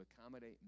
accommodate